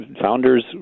founders